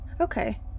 Okay